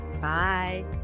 Bye